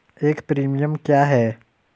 एक प्रीमियम क्या है?